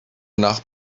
nach